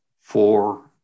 four